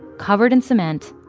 covered in cement,